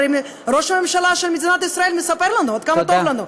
הרי ראש הממשלה של מדינת ישראל מספר לנו עד כמה טוב לנו,